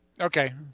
Okay